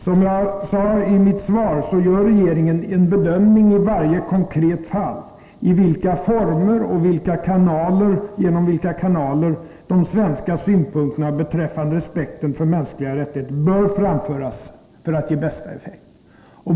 Som jag sade i mitt svar gör regeringen en bedömning i varje konkret fall i vilka former och genom vilka kanaler de svenska synpunkterna beträffande respekten för mänskliga rättigheter bör framföras för att ge bästa effekt.